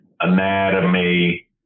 anatomy